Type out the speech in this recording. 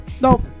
nope